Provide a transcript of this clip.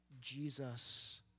Jesus